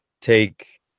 take